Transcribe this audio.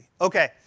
Okay